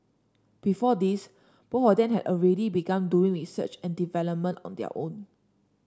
before this both of them had already begun doing research and development on their own